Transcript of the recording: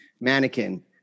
Mannequin